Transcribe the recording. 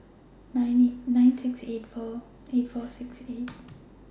nine eight nine six eight four eight four six eight